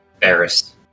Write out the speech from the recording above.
barris